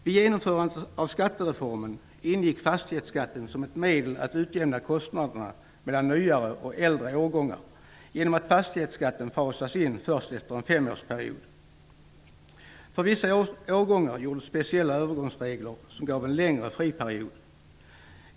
Vid genomförandet av skattereformen ingick fastighetsskatten som ett medel att utjämna kostnaderna mellan nyare och äldre årgångar, genom att fastighetsskatten fasas in först efter en femårsperiod. För vissa årgångar gjordes speciella övergångsregler, som gav en längre friperiod.